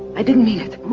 i didn't mean it.